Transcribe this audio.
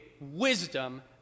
wisdom